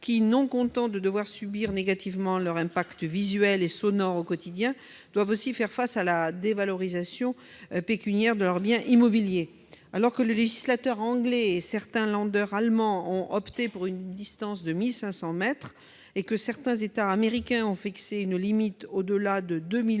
qui, non contents de devoir subir négativement l'effet visuel et sonore de ces structures au quotidien, doivent aussi faire face à la dévalorisation pécuniaire de leurs biens immobiliers. Alors que le législateur anglais et certains allemands ont opté pour une distance de 1 500 mètres et que certains États américains ont fixé une limite au-delà de 2 000 mètres